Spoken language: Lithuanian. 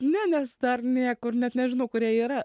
ne nes dar niekur net nežino kurie jie yra